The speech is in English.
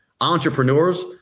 Entrepreneurs